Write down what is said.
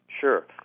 Sure